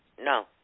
No